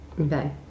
okay